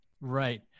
Right